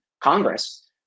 Congress